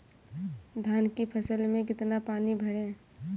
धान की फसल में कितना पानी भरें?